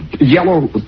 yellow